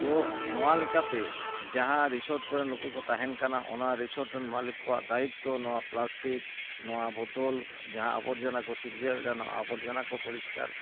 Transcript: ᱛᱚ ᱱᱚᱣᱟ ᱞᱮᱠᱟᱛᱮ ᱡᱟᱦᱟᱸ ᱨᱤᱥᱚᱴ ᱠᱚᱨᱮ ᱱᱩᱠᱩ ᱠᱚ ᱛᱟᱦᱮᱱ ᱠᱟᱱᱟ ᱚᱱᱟ ᱨᱤᱥᱚᱴᱨᱮᱱ ᱢᱟᱞᱤᱠ ᱠᱚᱣᱟᱜ ᱫᱟᱭᱤᱛᱛᱚ ᱱᱚᱣᱟ ᱯᱞᱟᱥᱴᱤᱠ ᱱᱚᱣᱟ ᱵᱳᱛᱳᱞ ᱡᱟᱦᱟᱸ ᱟᱵᱚᱨᱡᱚᱱᱟ ᱠᱚ ᱥᱤᱨᱡᱟᱣ ᱮᱫᱟ ᱱᱚᱣᱟ ᱟᱵᱚᱨᱡᱚᱱᱟ ᱠᱚ ᱯᱚᱨᱤᱥᱠᱟᱨ